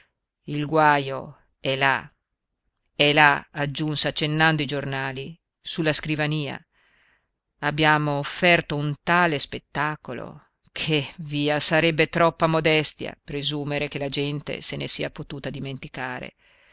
il guajo è là è là aggiunse accennando i giornali su la scrivania abbiamo offerto un tale spettacolo che via sarebbe troppa modestia presumere che la gente se ne sia potuta dimenticare